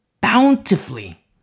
bountifully